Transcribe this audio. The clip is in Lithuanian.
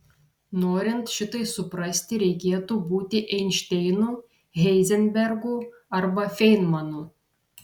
norint šitai suprasti reikėtų būti einšteinu heizenbergu arba feinmanu